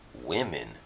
women